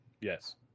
yes